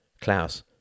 Klaus